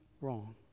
wrong